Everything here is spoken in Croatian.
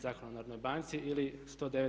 Zakona o Narodnoj banci ili 109.